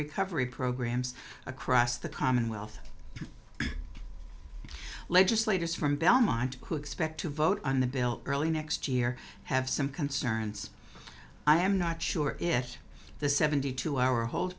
recovery programs across the commonwealth legislators from belmont who expect to vote on the built early next year have some concerns i am not sure if the seventy two hour hol